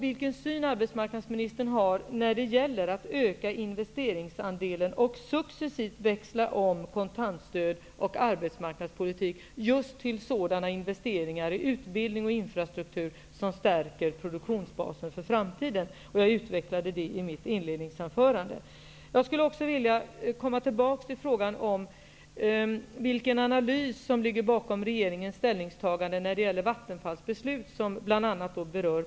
Vilken syn har arbetsmarknadsministern när det gäller att öka investeringsandelen och successivt växla om kontantstöd och arbetsmarknadspolitik just till sådana investeringar i utbildning och infrastruktur som stärker produktionsbasen för framtiden? Jag utvecklade denna fråga i mitt inledningsanförande. Jag skulle också vilja komma tillbaka till frågan om vilken analys som ligger bakom regeringens ställningstagande när det gäller Vattenfalls beslut, som ju bl.a. rör Porjus.